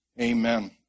amen